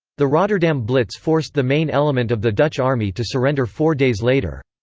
the rotterdam blitz forced the main element of the dutch army to surrender four days later.